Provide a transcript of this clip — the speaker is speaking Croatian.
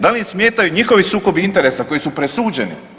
Da li im smetaju njihovi sukobi interesa koji su presuđeni?